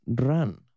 run